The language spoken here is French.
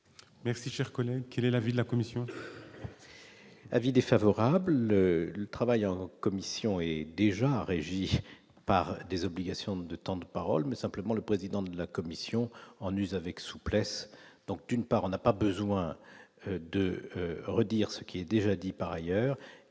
Merci, cher collègue, quel est l'avis de la commission.